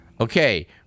Okay